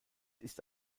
ist